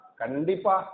Kandipa